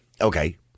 Okay